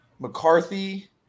McCarthy